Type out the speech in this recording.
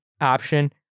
option